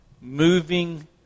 moving